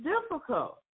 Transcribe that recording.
difficult